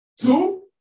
Two